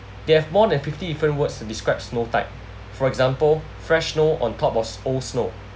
they have more than fifty different words to describes snow type for example fresh snow on top of s~ old snow